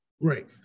right